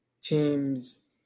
teams